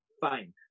Fine